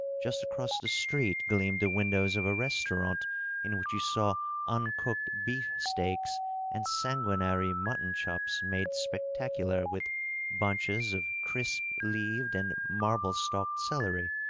just across the street gleamed the windows of a restaurant in which you saw uncooked beef-steaks and sanguinary mutton-chops made spectacular with bunches of crisp-leaved and marble-stalked celery,